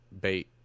bait